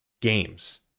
games